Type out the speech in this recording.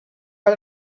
are